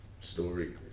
story